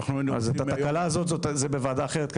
אז את התקלה הזאת בוועדה אחרת,